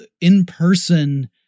in-person